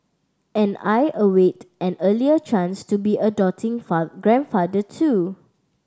and I await an earlier chance to be a doting grandfather too